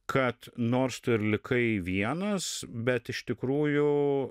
kad nors tu ir likai vienas bet iš tikrųjų